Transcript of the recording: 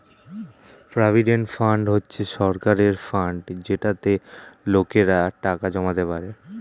provident fund হচ্ছে সরকারের fund যেটাতে লোকেরা টাকা জমাতে পারে